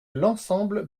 l’ensemble